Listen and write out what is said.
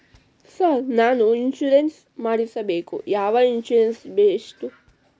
Sir ನಾನು insurance ಮಾಡಿಸಬೇಕು ಯಾವ ಇನ್ಶೂರೆನ್ಸ್ ಬೆಸ್ಟ್ರಿ?